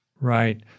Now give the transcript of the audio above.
Right